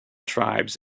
tribes